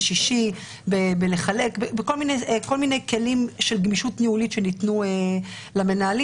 שישי וכל מיני כלים של גמישות ניהולית שניתנו למנהלים.